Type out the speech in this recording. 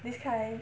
this kind